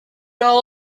all